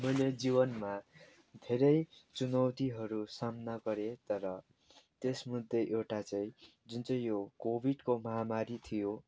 मैले जीवनमा धेरै चुनौतीहरू सामना गरेँ तर त्यसमध्ये एउटा चाहिँ जुन चाहिँ यो कोविडको महामारी थियो